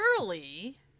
early